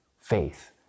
faith